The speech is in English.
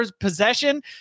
possession